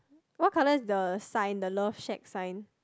what colour is the sign the love shack sign